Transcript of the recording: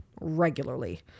regularly